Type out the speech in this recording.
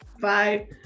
Bye